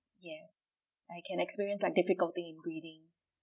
yes I can experience like difficulty in breathing